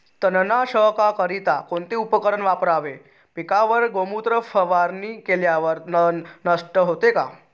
तणनाशकाकरिता कोणते उपकरण वापरावे? पिकावर गोमूत्र फवारणी केल्यावर तण नष्ट होते का?